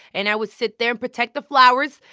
and i would sit there and protect the flowers.